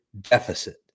deficit